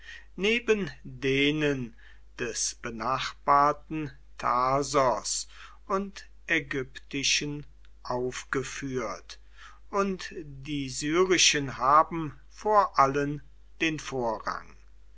neben denen des benachbarten tarsos und ägyptischen aufgeführt und die syrischen haben vor allen den vorrang